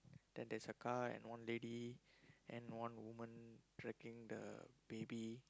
then there's a car and one lady and one woman tracking the baby